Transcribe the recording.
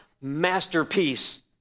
masterpiece